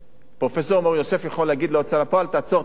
פרופסור מור-יוסף יכול להגיד להוצאה לפועל: תעצור את המהלך.